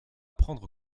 prendre